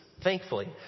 thankfully